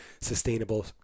sustainable